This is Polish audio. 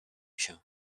się